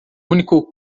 único